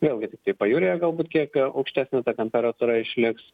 vėlgi tiktai pajūryje galbūt kiek aukštesnė ta temperatūra išliks